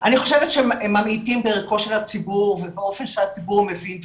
אני חושבת שממעיטים בערכו של הציבור ובאופן שהציבור מבין דברים.